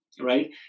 right